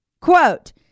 Quote